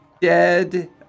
dead